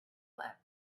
slept